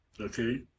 okay